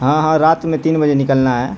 ہاں ہاں رات میں تین بجے نکلنا ہے